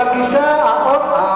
כל באקה-אל-ע'רביה